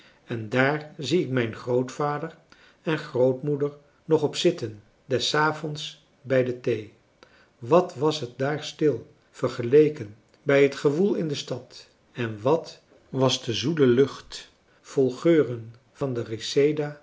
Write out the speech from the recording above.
en daar zie ik mijn grootvader en grootmoeder nog op zitten des avonds bij de thee wat was het daar stil vergeleken bij het gewoel in de stad en wat was de zoele lucht vol geuren van de